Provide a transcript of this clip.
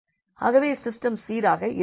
ஆகவே சிஸ்டெம் சீராக இருக்கிறது